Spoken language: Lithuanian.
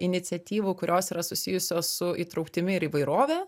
iniciatyvų kurios yra susijusios su įtrauktimi ir įvairove